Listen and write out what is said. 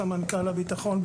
סמנכ"ל ביטחון,